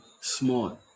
smart